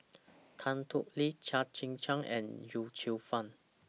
Tan Thoon Lip Chia Tee Chiak and Yip Cheong Fun